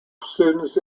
students